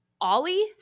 Ollie